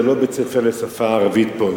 זה לא בית-ספר לשפה הערבית פה,